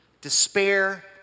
despair